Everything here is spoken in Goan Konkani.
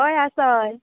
हय आसा हय